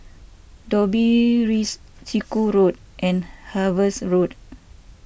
Dobbie Rise Chiku Road and Harveys Road